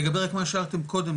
לגבי למה שאמרתי קודם,